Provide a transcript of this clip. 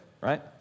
right